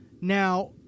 Now